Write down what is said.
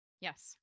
yes